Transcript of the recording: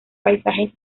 paisajes